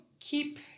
keep